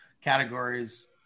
categories